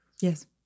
Yes